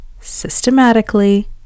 systematically